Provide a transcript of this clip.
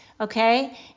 Okay